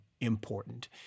important